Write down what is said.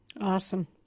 Awesome